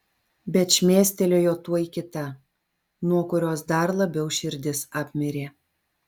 bet šmėstelėjo tuoj kita nuo kurios dar labiau širdis apmirė